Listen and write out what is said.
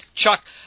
Chuck